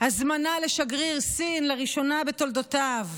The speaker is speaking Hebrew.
הזמנה לשגריר סין לראשונה בתולדותיו.